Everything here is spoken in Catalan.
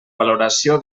valoració